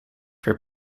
for